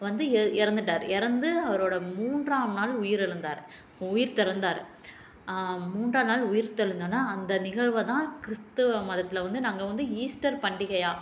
வந்து இற இறந்துட்டார் இறந்து அவரோட மூன்றாம் நாள் உயிர் இழந்தார் உயிர் திறந்தார் மூன்றாம் நாள் உயிர்த்தெழுந்தோன அந்த நிகழ்வைதான் கிறிஸ்துவ மதத்தில் வந்து நாங்கள் வந்து ஈஸ்டர் பண்டிகையாக